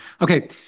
Okay